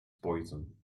poison